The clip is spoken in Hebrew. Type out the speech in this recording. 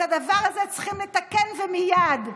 את הדבר הזה צריך לתקן ומייד.